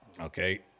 Okay